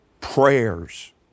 prayers